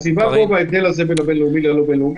ההבדל בין בין-לאומי ללאומי,